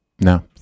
No